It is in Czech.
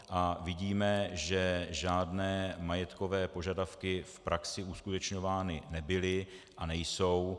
A vidíme, že žádné majetkové požadavky v praxi uskutečňovány nebyly a nejsou.